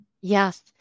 Yes